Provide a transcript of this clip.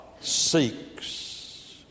seeks